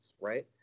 right